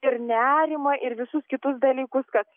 ir nerimą ir visus kitus dalykus kad